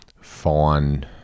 fine